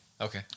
Okay